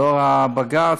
לאור הבג"ץ,